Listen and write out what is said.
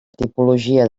tipologia